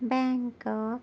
Bangkok